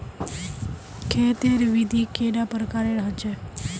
खेत तेर विधि कैडा प्रकारेर होचे?